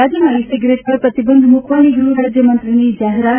રાજ્યમાં e cigarette પર પ્રતિબંધ મૂકવાની ગૃહરાજ્યમંત્રીની જાહેરાત